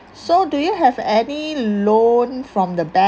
so do you have any loan from the bank